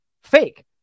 Fake